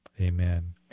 Amen